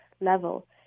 level